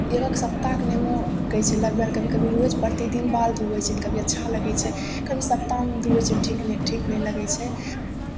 एकहक सप्ताहके नेमो कहै छै लगबय लेल कभी कभी रोज प्रतिदिन बाल धुवै छै तऽ कभी अच्छा लगै छै कभी सप्ताहमे धुवै छै ठीक नहि ठीक नहि लगै छै